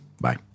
Bye